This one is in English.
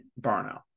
burnout